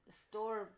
store